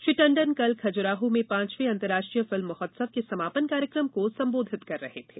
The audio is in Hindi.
श्री टंडन कल खजुराहो में पाँचवें अंतर्राष्ट्रीय फिल्म महोत्सव के समापन कार्यक्रम को संबोधित कर रहे थे